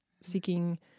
seeking